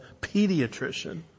pediatrician